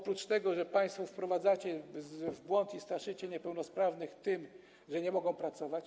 Państwo wprowadzacie w błąd i straszycie niepełnosprawnych tym, że nie mogą pracować.